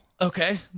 Okay